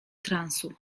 transu